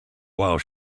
while